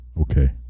okay